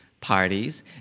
parties